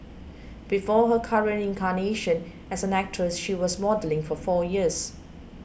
before her current incarnation as an actor she was modelling for four years